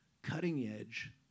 cutting-edge